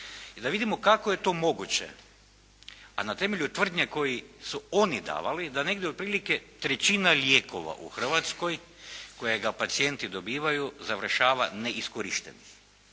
i da vidimo kako je to moguće, a na temelju tvrdnje koju su oni davali da negdje otprilike trećina lijekova u Hrvatskoj kojega pacijenti dobivaju završava neiskorištenih,